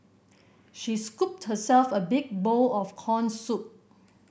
she scooped herself a big bowl of corn soup